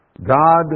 God